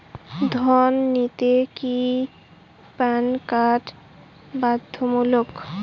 ঋণ নিতে কি প্যান কার্ড বাধ্যতামূলক?